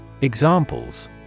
Examples